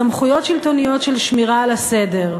סמכויות שלטוניות של שמירה על הסדר.